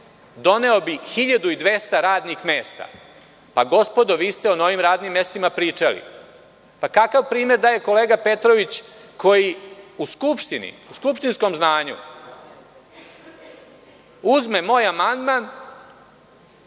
doneo bi 1.200 radnih mesta. Gospodo, vi ste o novim radnim mestima pričali. Kakav primer daje kolega Petrović koji u Skupštini, u skupštinskom zdanju, uzme moj amandman,